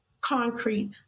concrete